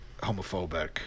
homophobic